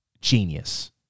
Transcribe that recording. genius